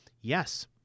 Yes